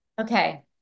Okay